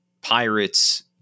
pirates